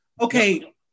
okay